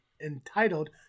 entitled